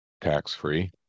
tax-free